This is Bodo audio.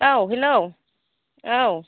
औ हेलौ औ